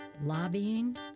Lobbying